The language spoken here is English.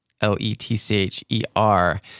L-E-T-C-H-E-R